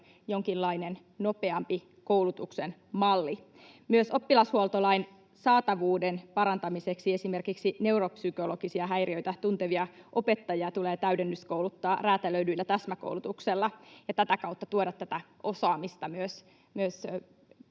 jonkinlainen nopeampi koulutuksen malli. Myös oppilashuoltolain saatavuuden parantamiseksi esimerkiksi neuropsykologisia häiriöitä tuntevia opettajia tulee täydennyskouluttaa räätälöidyllä täsmäkoulutuksella ja tätä kautta tuoda tätä osaamista myös